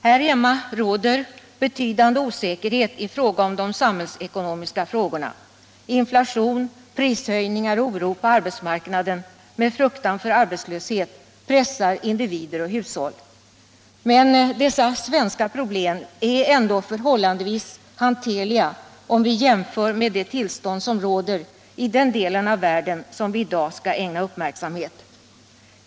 Här hemma råder betydande osäkerhet om de samhällsekonomiska frågorna. Inflation, prishöjningar och oro på arbetsmarknaden med fruktan för arbetslöshet pressar individer och hushåll. Men dessa svenska problem är ändå förhållandevis hanterliga om vi jämför med det tillstånd som råder i den del av världen som vi i dag skall ägna uppmärksamhet.